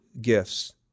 gifts